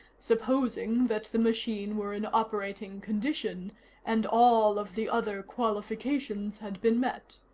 supposing that the machine were in operating condition and all of the other qualifications had been met.